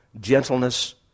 gentleness